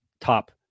top